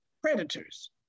predators